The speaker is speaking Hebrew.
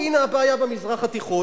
הנה הבעיה במזרח התיכון,